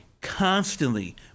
constantly